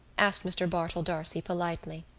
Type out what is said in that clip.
asked mr. bartell d'arcy politely.